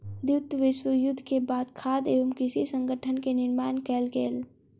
द्वितीय विश्व युद्ध के बाद खाद्य एवं कृषि संगठन के निर्माण कयल गेल